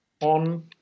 on